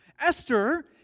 Esther